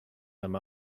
them